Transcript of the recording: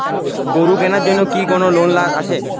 গরু কেনার জন্য কি কোন লোন আছে?